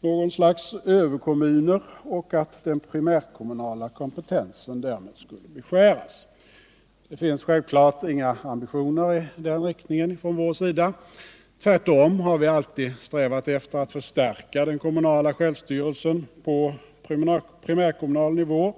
något slags överkommuner och att den primärkommunala kompetensen därmed skulle beskäras. Det finns självfallet inga ambitioner i den riktningen från vår sida, tvärtom. Vi har alltid strävat efter att förstärka den kommunala självstyrelsen på primärkommunal nivå.